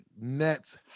Nets